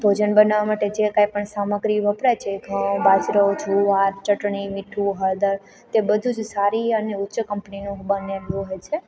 ભોજન બનાવવા માટે જે કાંઈપણ સામગ્રી વપરાય છે ઘઉં બાજરો જુવાર ચટણી મીઠું હળદર તે બધું જ સારી અને ઉચ્ચ કંપનીનું બનેલું હોય છે